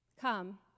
come